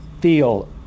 feel